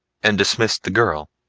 and dismissed the girl.